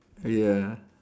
ya